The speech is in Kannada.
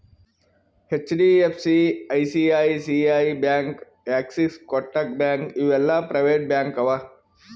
HDFC, ICICI bank, Axis, Kotak bank ಇವು ಎಲ್ಲಾ ಪ್ರೈವೇಟ್ ಬ್ಯಾಂಕ್ ಅವಾ